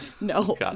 No